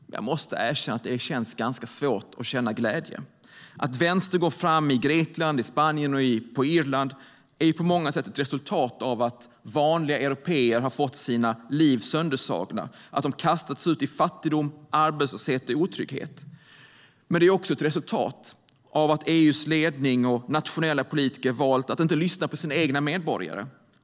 Men jag måste erkänna att det är ganska svårt att känna glädje. Att vänstern går fram i Grekland, Spanien och Irland är ju på många sätt ett resultat av att vanliga européer har fått sina liv sönderslagna, att de kastats ut i fattigdom, arbetslöshet och otrygghet. Men det är också ett resultat av att EU:s ledning och nationella politiker valt att inte lyssna på sina egna medborgare.